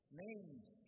names